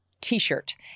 T-shirt